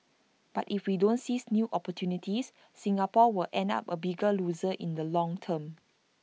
but if we don't seize new opportunities Singapore will end up A bigger loser in the long term